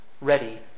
ready